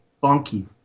funky